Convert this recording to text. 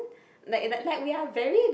like like we are very like